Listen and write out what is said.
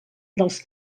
dels